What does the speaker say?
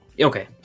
Okay